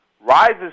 rises